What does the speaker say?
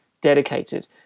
dedicated